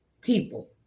people